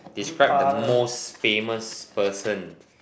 describe the most famous person